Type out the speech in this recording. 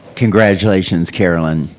congratulations carolyn.